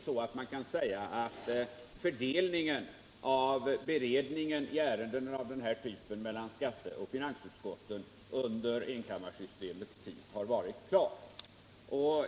Man kan inte säga att fördelningen av beredningen i ärenden av den här typen mellan skatte och finansutskotten under enkammarsystemets tid har varit bra.